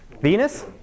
Venus